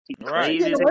Right